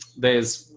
there's